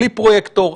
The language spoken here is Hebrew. בלי פרויקטור,